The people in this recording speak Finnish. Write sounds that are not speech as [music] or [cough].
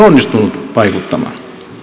[unintelligible] onnistunut vaikuttamaan